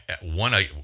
one